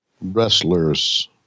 Wrestlers